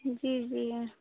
जी जी